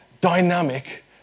dynamic